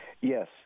Yes